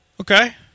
Okay